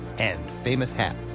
and famous hat.